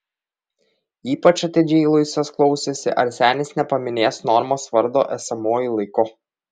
ypač atidžiai luisas klausėsi ar senis nepaminės normos vardo esamuoju laiku